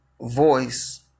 voice